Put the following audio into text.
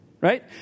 right